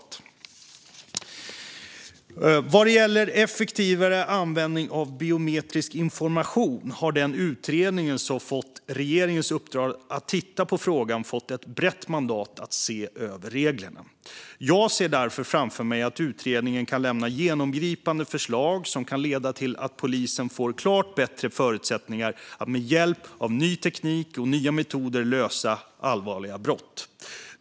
Det finns även ett förslag om effektivare användning av biometrisk information. Den utredning som har fått regeringens uppdrag att titta på frågan har fått ett brett mandat att se över reglerna. Jag ser därför framför mig att utredningen kan lämna genomgripande förslag som kan leda till att polisen får klart bättre förutsättningar att med hjälp av ny teknik och nya metoder lösa allvarliga brott.